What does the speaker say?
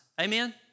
Amen